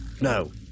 No